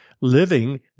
living